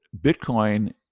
Bitcoin